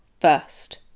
first